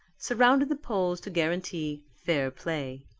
surrounded the polls to guarantee fair play.